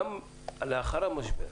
גם לאחר המשבר.